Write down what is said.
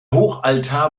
hochaltar